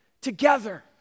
together